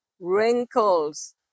wrinkles